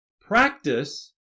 practice